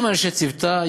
עם אנשי צוותה,